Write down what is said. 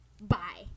Bye